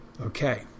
Okay